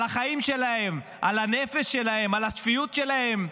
על החיים שלהם, על הנפש שלהם, על השפיות שלהם.